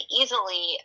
easily